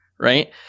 right